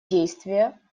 действия